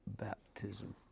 baptism